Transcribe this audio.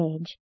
AGE